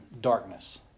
darkness